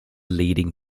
leading